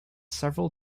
several